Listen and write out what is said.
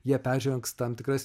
jie peržengs tam tikras